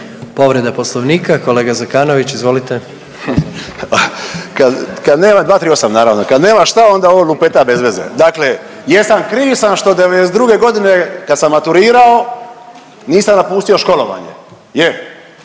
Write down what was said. Povreda Poslovnika kolega Zekanović izvolite. **Zekanović, Hrvoje (HDS)** Kad, kad nema. 238 naravno. Kad nema šta onda on lupeta bez veze. Dakle jesam kriv sam što '92. godine kad sam maturirao nisam napustio školovanje.